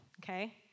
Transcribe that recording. okay